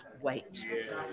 wait